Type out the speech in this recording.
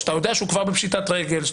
אתה יודע שהוא כבר בפשיטת רגל.